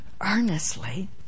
earnestly